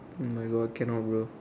my God cannot bro